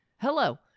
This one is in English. Hello